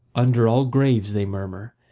under all graves they murmur,